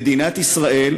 מדינת ישראל,